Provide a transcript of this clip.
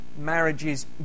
Marriages